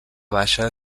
baixa